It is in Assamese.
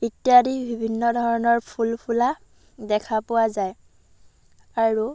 ইত্যাদি বিভিন্ন ধৰণৰ ফুল ফুলা দেখা পোৱা যায় আৰু